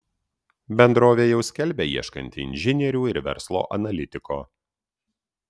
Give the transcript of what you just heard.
bendrovė jau skelbia ieškanti inžinierių ir verslo analitiko